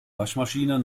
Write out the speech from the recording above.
waschmaschine